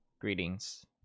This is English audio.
greetings